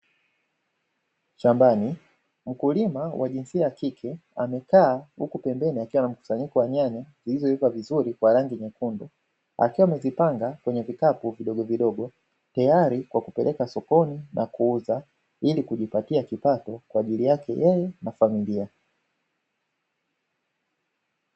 Shambani, mkulima wa jinsia ya kike amekaa, huku pembeni akiwa na mkusanyiko wa nyanya zilizoiva vizuri kwa rangi nyekundu, akiwa amezipanga kwenye vikapu vidogovidogo, tayari kwa kupeleka sokoni na kuuza ili kujipatia kipato kwa ajili yake yeye na familia.